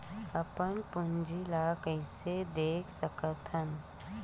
अपन पूंजी ला कइसे देख सकत हन?